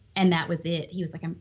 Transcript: and that was it, he was like, ah